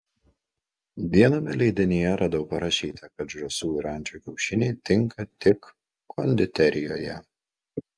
viename leidinyje radau parašyta kad žąsų ir ančių kiaušiniai tinka tik konditerijoje